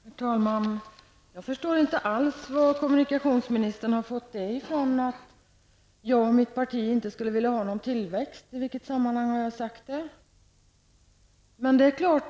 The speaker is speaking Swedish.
Herr talman! Jag förstår inte alls varifrån kommunikationsministern har fått det att jag och mitt parti inte skulle vilja ha någon tillväxt. I vilket sammanhang har jag sagt det?